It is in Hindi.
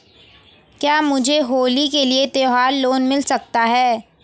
क्या मुझे होली के लिए त्यौहार लोंन मिल सकता है?